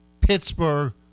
Pittsburgh